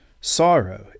Sorrow